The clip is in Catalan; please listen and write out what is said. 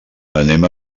anem